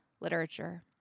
literature